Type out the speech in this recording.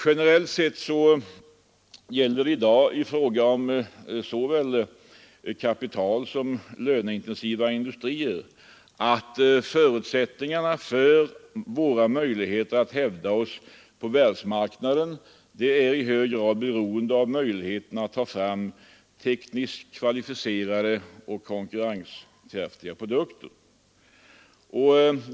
Generellt sett gäller i dag i fråga om såväl kapitalsom löneintensiva industrier att förutsättningarna för våra möjligheter att hävda oss på världsmarknaden i hög grad är beroende av möjligheten att ta fram tekniskt kvalificerade och konkurrenskraftiga produkter.